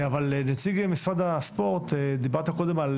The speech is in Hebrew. אבל נציג משרד התרבות והספורט, דיברת קודם על